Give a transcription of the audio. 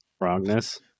wrongness